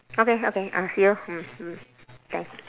okay okay I'll see you mm mm thanks